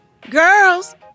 Girls